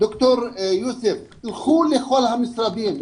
לכו לכל המשרדים,